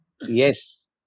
Yes